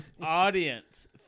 Audience